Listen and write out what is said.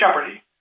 jeopardy